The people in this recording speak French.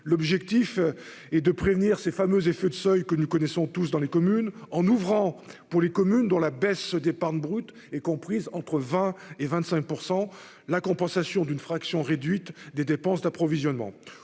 objectif est de prévenir les effets de seuil que nous connaissons tous dans nos communes, en permettant, pour celles d'entre elles dont la baisse d'épargne brute est comprise entre 20 % et 25 %, la compensation d'une fraction réduite des dépenses d'approvisionnement.